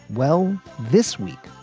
well, this week,